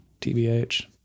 TBH